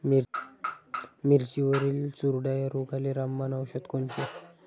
मिरचीवरील चुरडा या रोगाले रामबाण औषध कोनचे?